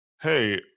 Hey